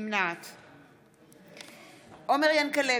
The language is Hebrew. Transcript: עומר ינקלביץ'